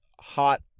hot